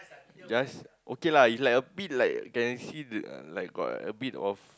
just okay lah it's like a pit like can see the like got a bit of